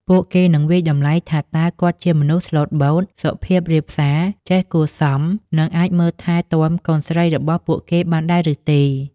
ពួកគេនឹងវាយតម្លៃថាតើគាត់ជាមនុស្សស្លូតបូត សុភាពរាបសា ចេះគួរសម និងអាចមើលថែទាំកូនស្រីរបស់ពួកគេបានដែរឬទេ។